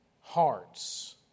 hearts